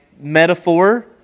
metaphor